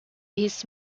his